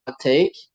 take